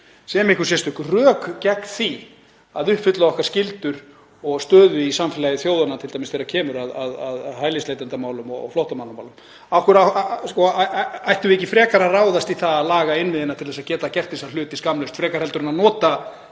sem einhver sérstök rök gegn því að uppfylla okkar skyldur og stöðu í samfélagi þjóðanna, t.d. þegar kemur að hælisleitendamálum og flóttamannamálum. Ættum við ekki frekar að ráðast í það að laga innviðina til að geta gert þessa hluti skammlaust frekar en að nota